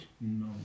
No